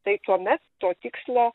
tai tuomet to tikslo